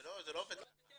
זה לא עובד ככה.